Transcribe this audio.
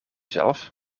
zelf